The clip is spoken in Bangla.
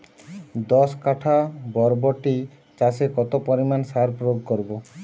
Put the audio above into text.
দশ কাঠা বরবটি চাষে কত পরিমাণ সার প্রয়োগ করব?